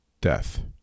death